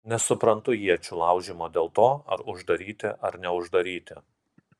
nesuprantu iečių laužymo dėl to ar uždaryti ar neuždaryti